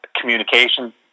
communication